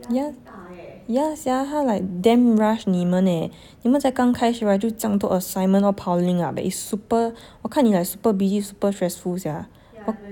yeah yeah sia 他 like damn rush 你们 eh 你们才刚开学就这样多 assignment all piling up eh it's super 我看你 like super busy super stressful sia